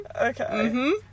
Okay